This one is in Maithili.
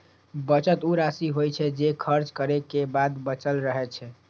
बचत ऊ राशि होइ छै, जे खर्च करै के बाद बचल रहै छै